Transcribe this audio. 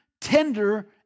tender